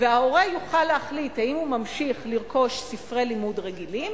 וההורה יוכל להחליט אם הוא ממשיך לרכוש ספרי לימוד רגילים